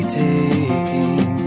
taking